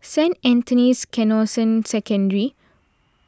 Saint Anthony's Canossian Secondary